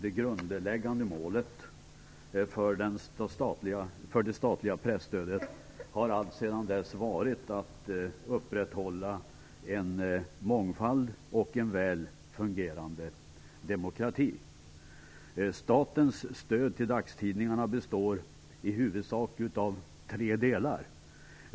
Det grundläggande målet för det statliga presstödet har alltsedan dess varit att upprätthålla mångfald och en väl fungerande demokrati. Statens stöd till dagstidningarna består i huvudsak av tre delar.